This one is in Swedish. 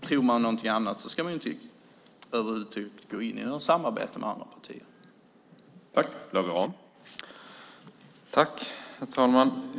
Tror man något annat ska man inte gå in i samarbete med andra partier över huvud taget.